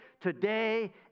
today